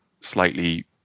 slightly